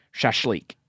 Shashlik